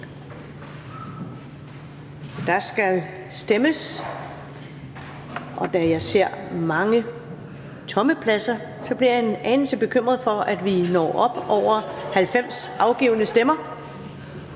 Der skal stemmes, og da jeg ser mange tomme pladser, bliver jeg en anelse bekymret for, om vi når op over 90 afgivne stemmer.